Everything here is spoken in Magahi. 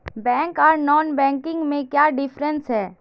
बैंक आर नॉन बैंकिंग में क्याँ डिफरेंस है?